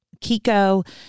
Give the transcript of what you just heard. Kiko